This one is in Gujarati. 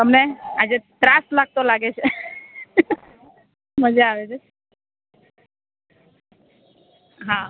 તમને આજે ત્રાસ લાગતો લાગે છે મજા આવે છે હા